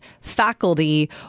faculty